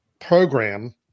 program